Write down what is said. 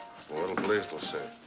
will blaisdell say?